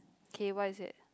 okay what is it